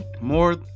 more